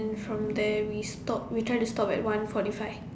from there we stop we try to stop at one forty five